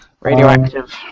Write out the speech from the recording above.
Radioactive